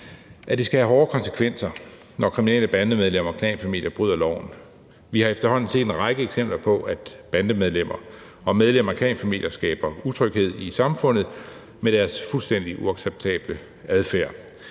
at det skal have hårde konsekvenser, når kriminelle bandemedlemmer og klanfamilier bryder loven. Vi har efterhånden set en række eksempler på, at bandemedlemmer og medlemmer af klanfamilier skaber utryghed i samfundet med deres fuldstændig uacceptable adfærd.